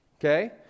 okay